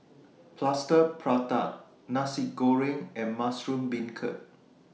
Plaster Prata Nasi Goreng and Mushroom Beancurd